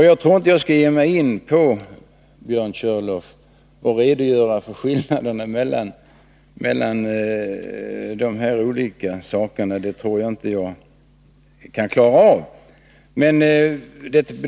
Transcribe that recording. Jag tror inte, Björn Körlof, att jag skall ge mig in på att redogöra för skillnaderna mellan de här olika sakerna — det tror jag inte jag klarar av.